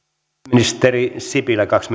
ministeri sipilä kaksi